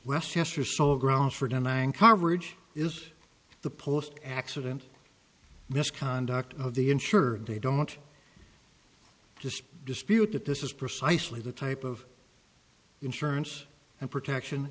westchester sole grounds for denying coverage is the post accident misconduct of the insured they don't just dispute that this is precisely the type of insurance and protection